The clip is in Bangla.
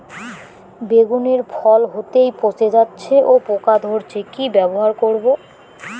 বেগুনের ফল হতেই পচে যাচ্ছে ও পোকা ধরছে কি ব্যবহার করব?